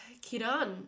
Kiran